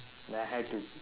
then I had to